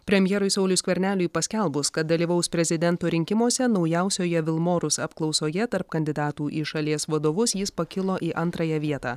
premjerui sauliui skverneliui paskelbus kad dalyvaus prezidento rinkimuose naujausioje vilmorus apklausoje tarp kandidatų į šalies vadovus jis pakilo į antrąją vietą